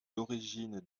l’origine